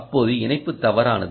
அப்போது இணைப்பு தவறானது